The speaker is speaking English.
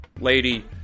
lady